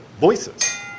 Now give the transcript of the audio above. voices